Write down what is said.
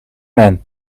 men